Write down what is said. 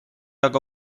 aga